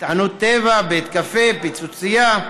חנות טבע, בית קפה, פיצוצייה,